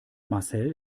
marcel